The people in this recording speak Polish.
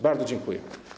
Bardzo dziękuję.